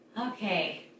okay